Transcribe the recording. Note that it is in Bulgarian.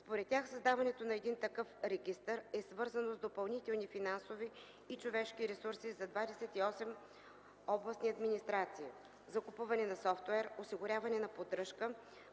Според тях създаването на един такъв регистър е свързано с допълнителни финансови и човешки ресурси за 28 областни администрации: закупуване на софтуер, осигуряване на поддръжка;